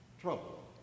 trouble